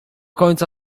końca